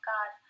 God